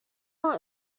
not